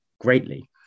greatly